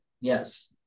Yes